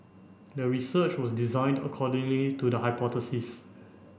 the research was designed accordingly to the hypothesis